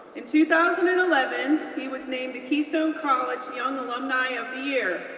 in two thousand and eleven, he was named the keystone college young alumni of the year.